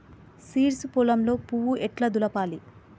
Seeds పొలంలో పువ్వు ఎట్లా దులపాలి?